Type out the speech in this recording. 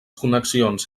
connexions